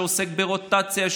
שעוסק ברוטציה,